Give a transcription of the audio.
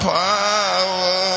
power